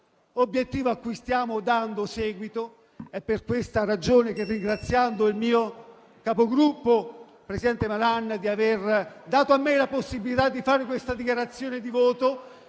l'obiettivo cui stiamo dando seguito. È per questa ragione che, ringraziando il mio Capogruppo, presidente Malan, di aver dato a me la possibilità di fare questa dichiarazione di voto